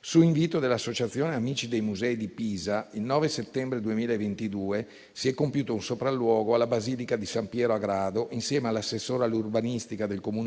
Su invito dell'associazione «Amici dei musei» di Pisa, il 9 settembre 2022 si è compiuto un sopralluogo alla basilica di San Piero a Grado, insieme all'assessore all'urbanistica del comune di Pisa